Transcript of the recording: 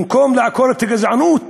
במקום לעקור את הגזענות,